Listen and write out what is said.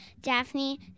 Daphne